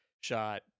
shot